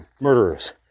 murderers